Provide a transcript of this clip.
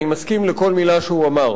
אני מסכים לכל מלה שהוא אמר.